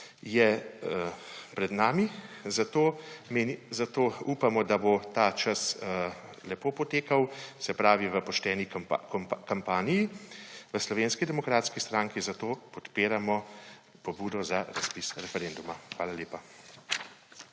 je pred nami. Zato upamo, da bo ta čas lepo potekal, se pravi v pošteni kampanji. V Slovenski demokratski stranki zato podpiramo pobudo za razpis referenduma. Hvala lepa.